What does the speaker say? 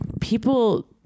people